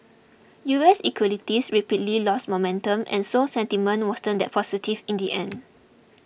U S equities rapidly lost momentum and so sentiment wasn't that positive in the end